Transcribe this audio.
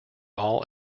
all